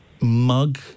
mug